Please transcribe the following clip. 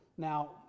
Now